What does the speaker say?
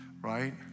Right